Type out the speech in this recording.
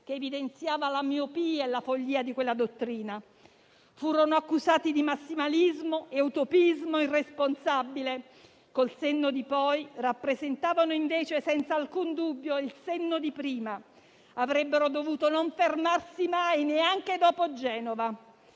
che evidenziava la miopia e la follia di quella dottrina». Furono accusati di massimalismo e utopismo irresponsabile; col senno di poi, rappresentavano invece senza alcun dubbio il senno di prima. Avrebbero dovuto non fermarsi mai neanche dopo Genova,